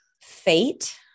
fate